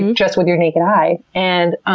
and just with your naked eye. and